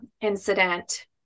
incident